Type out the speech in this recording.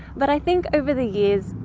but i think over the years,